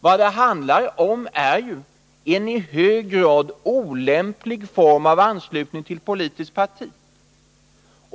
Vad det handlar om är ju en i hög grad olämplig Nr 27 form av anslutning till politiskt parti.